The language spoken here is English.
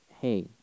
hey